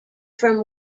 from